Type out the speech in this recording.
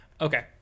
Okay